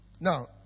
Now